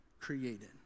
created